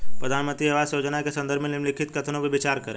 प्रधानमंत्री आवास योजना के संदर्भ में निम्नलिखित कथनों पर विचार करें?